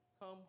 Come